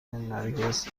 نرگس